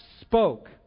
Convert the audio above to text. spoke